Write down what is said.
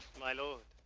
my lord,